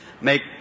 Make